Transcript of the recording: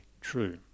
true